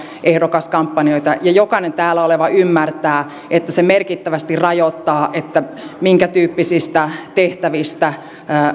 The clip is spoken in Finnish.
ehdokaskampanjoita ja jokainen täällä oleva ymmärtää että se merkittävästi rajoittaa sitä minkätyyppisistä tehtävistä